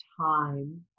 time